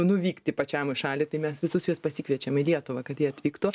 nuvykti pačiam į šalį tai mes visus juos pasikviečiam į lietuvą kad jie atvyktų